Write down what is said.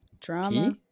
drama